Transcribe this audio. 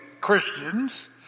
Christians